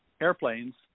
airplanes